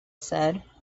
said